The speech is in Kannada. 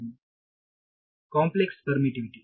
ವಿದ್ಯಾರ್ಥಿ ಕಾಂಪ್ಲೆಕ್ಸ್ ಪರ್ಮಿಟಿವಿಟಿ